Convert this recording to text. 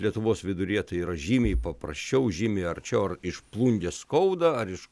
lietuvos viduryje tai yra žymiai paprasčiau žymiai arčiau ar iš plungės skaudą ar iš